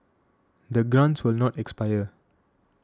the grants will not expire